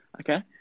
Okay